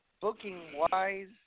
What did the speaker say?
Booking-wise